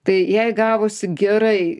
tai jai gavosi gerai